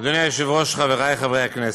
אדוני היושב-ראש, חברי חברי הכנסת,